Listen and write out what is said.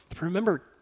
Remember